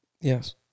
Yes